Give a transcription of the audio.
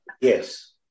Yes